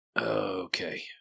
Okay